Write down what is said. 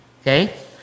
Okay